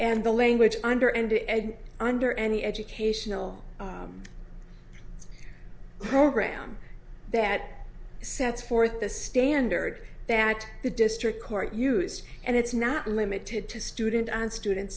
and the language under enda ed under any educational program that sets forth the standard that the district court used and it's not limited to student and student